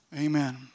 Amen